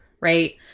Right